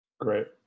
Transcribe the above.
Great